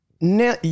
Now